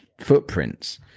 footprints